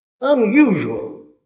Unusual